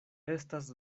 estas